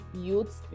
youths